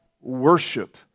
worship